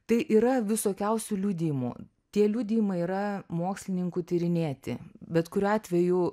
tai yra visokiausių liudijimų tie liudijimai yra mokslininkų tyrinėti bet kuriuo atveju